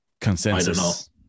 consensus